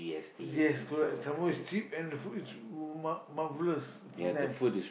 yes correct some more is cheap and the food is cheap mar~ marvellous it's nice